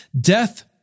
Death